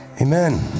Amen